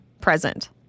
present